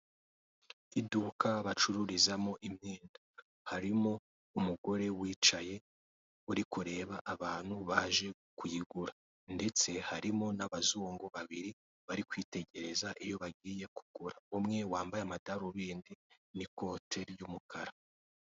Iduka bacururizamo imyenda harimo umugore wicaye uri kureba abantu baje kuyigura ndetse harimo n'abazungu babiri bari kwitegereza iyo bagiye kugura, umwe wambaye amadarubindi n'ikote ry'umukara.